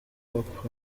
hop